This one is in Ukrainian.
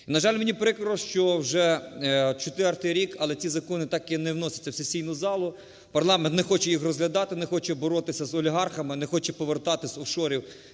На жаль, мені прикро, що вже четвертий рік, але ці закони так і не вносяться в сесійну залу, парламент не хоче їх розглядати, не хоче боротися з олігархами, не хоче повертати з офшорів